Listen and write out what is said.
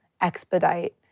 expedite